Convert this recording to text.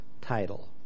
title